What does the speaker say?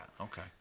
Okay